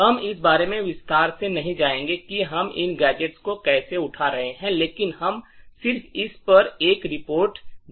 हम इस बारे में विस्तार से नहीं जाएंगे कि हम इन गैजेट्स को कैसे उठा रहे हैं लेकिन हम सिर्फ इस पर एक रिपोर्ट देखेंगे